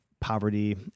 poverty